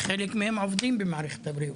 חלק מהם עובדים במערכת הבריאות,